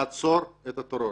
לעצור את הטרור.